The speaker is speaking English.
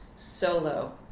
Solo